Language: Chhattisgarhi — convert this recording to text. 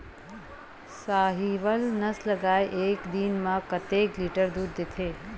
साहीवल नस्ल गाय एक दिन म कतेक लीटर दूध देथे?